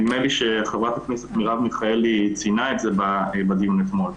נדמה לי שחברת הכנסת מרב מיכאלי ציינה את זה בדיון אתמול.